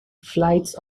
flights